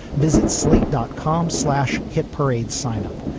visit slate dot com. slash hit parade. sign up.